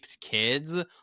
kids